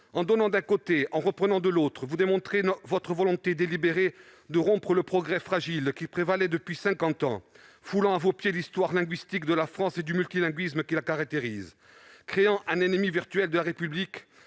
En donnant d'un côté et en reprenant de l'autre, vous démontrez votre volonté délibérée de rompre le progrès fragile qui prévalait depuis cinquante ans, foulant aux pieds l'histoire linguistique et le multilinguisme de la France et créant un ennemi virtuel de la République